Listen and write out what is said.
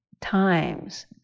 times